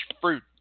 fruit